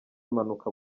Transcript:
impanuka